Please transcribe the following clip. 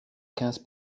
quinze